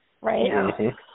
Right